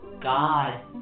God